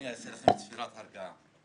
אני אעשה לכם צפירת הרגעה.